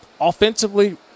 offensively